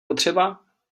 potřeba